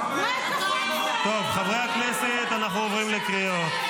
--- טוב, חברי הכנסת, אנחנו עוברים לקריאות.